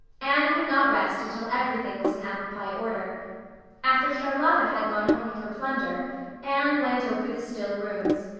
anne would not rest until everything was in apple-pie order after charlotta had gone home with her plunder anne went over the still rooms,